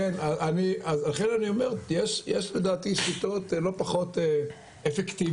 לכן אני אומר יש לדעתי שיטות לא פחות אפקטיביות,